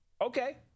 okay